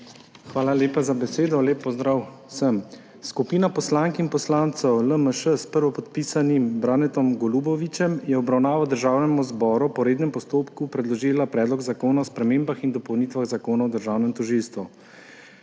Hvala lepa za besedo. Lep pozdrav vsem! Skupina poslank in poslancev LMŠ s prvopodpisanim Branetom Golubovićem je v obravnavo Državnemu zboru po rednem postopku predložila Predlog zakona o spremembah in dopolnitvah Zakona o državnem tožilstvu.